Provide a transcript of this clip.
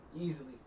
easily